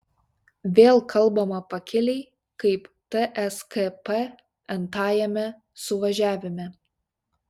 vėl kalbama pakiliai kaip tskp n tajame suvažiavime